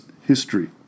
history